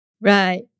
Right